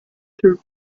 through